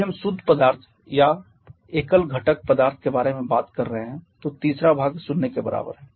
यदि हम शुद्ध पदार्थ या एकल घटक पदार्थ के बारे में बात कर रहे हैं तो तीसरा भाग शून्य के बराबर है